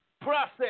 process